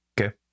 okay